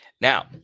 Now